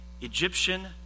Egyptian